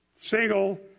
single